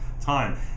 time